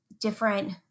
different